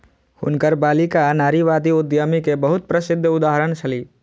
हुनकर बालिका नारीवादी उद्यमी के बहुत प्रसिद्ध उदाहरण छली